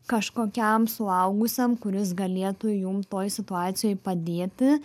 kažkokiam suaugusiam kuris galėtų jum toj situacijoj padėti